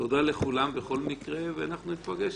תודה לכולם בכל מקרה וניפגש.